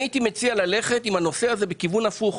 אני הייתי מציע ללכת בכיוון הפוך,